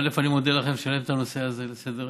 אני מודה לכם על שהעליתם את הנושא הזה לסדר-היום,